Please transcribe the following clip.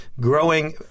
growing